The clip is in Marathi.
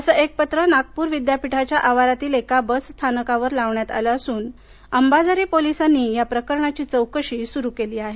असे एक पत्र नागपूर विद्यापीठाच्या आवारातील एका बसस्थानकावर लावण्यात आलं असून अंबाझरी पोलिसांनी या प्रकरणाची चौकशी सुरू केली आहे